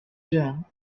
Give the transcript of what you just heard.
done